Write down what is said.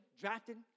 drafted